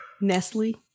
Nestle